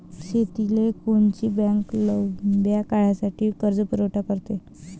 शेतीले कोनची बँक लंब्या काळासाठी कर्जपुरवठा करते?